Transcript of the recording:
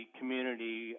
community